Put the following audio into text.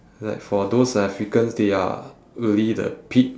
like for those africans they are really the peak